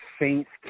Saints